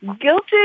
guilty